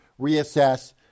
reassess